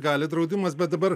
gali draudimas bet dabar